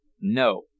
No